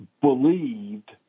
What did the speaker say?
believed